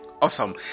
awesome